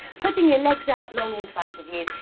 putting your legs out long in front of you,